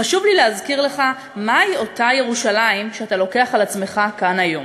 חשוב לי להכיר לך מהי אותה ירושלים שאתה לוקח על עצמך כאן היום.